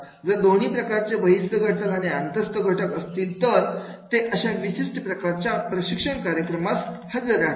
जर दोन्ही प्रकारचे बहिस्थ घटक आणि अंतस्थ घटक असतील तर ते अशा विशिष्ट प्रकारच्या प्रशिक्षण कार्यक्रमास हजर राहतील